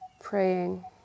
praying